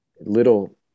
little